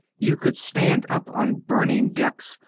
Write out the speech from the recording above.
you could stand up on burning decks,